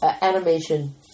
animation